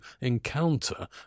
encounter